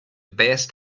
best